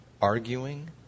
arguing